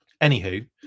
anywho